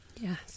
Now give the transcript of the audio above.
Yes